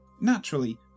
Naturally